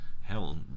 hell